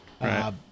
Right